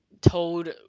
told